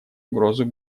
угрозу